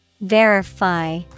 Verify